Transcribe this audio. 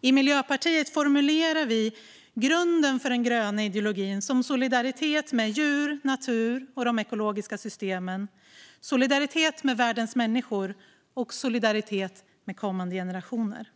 I Miljöpartiet formulerar vi grunden för den gröna ideologin som solidaritet med djur, natur och de ekologiska systemen, solidaritet med världens människor och solidaritet med kommande generationer.